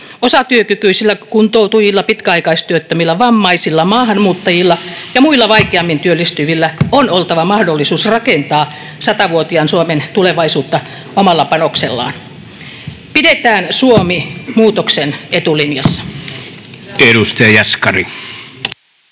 Osatyökykyisillä, kuntoutujilla, pitkäaikaistyöttömillä, vammaisilla, maahanmuuttajilla ja muilla vaikeammin työllistyvillä on oltava mahdollisuus rakentaa 100-vuotiaan Suomen tulevaisuutta omalla panoksellaan. Pidetään Suomi muutoksen etulinjassa. [Speech 4]